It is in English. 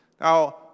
Now